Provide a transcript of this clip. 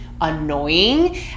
annoying